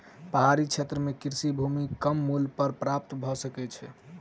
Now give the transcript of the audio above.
पहाड़ी क्षेत्र में कृषि भूमि कम मूल्य पर प्राप्त भ सकै छै